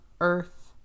earth